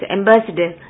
Ambassador